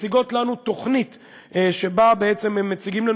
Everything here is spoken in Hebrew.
מציגות לנו תוכנית שבה בעצם הם מציגים לנו